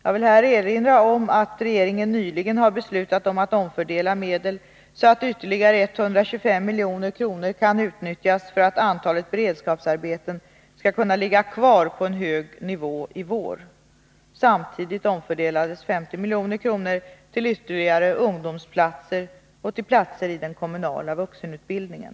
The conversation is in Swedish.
Jag vill här erinra om att regeringen nyligen har beslutat om att omfördela medel så att ytterligare 125 milj.kr. kan utnyttjas för att antalet beredskapsarbeten skall kunna ligga kvar på en hög nivå i vår. Samtidigt omfördelas 50 milj.kr. till ytterligare ungdomsplatser och platser i den kommunala vuxenutbildningen.